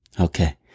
Okay